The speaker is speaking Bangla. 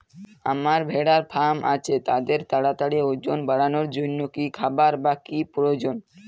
আমার ভেড়ার ফার্ম আছে তাদের তাড়াতাড়ি ওজন বাড়ানোর জন্য কী খাবার বা কী প্রয়োজন?